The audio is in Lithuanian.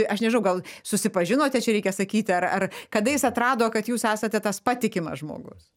aš nežinau gal susipažinote čia reikia sakyti ar ar kada jis atrado kad jūs esate tas patikimas žmogus